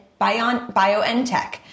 BioNTech